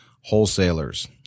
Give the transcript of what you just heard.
Wholesalers